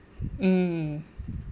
mm